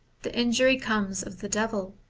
the injury comes of the devil,